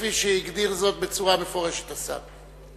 כפי שהגדיר זאת בצורה מפורשת השר.